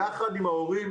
יחד עם ההורים,